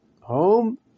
home